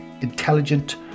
intelligent